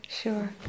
sure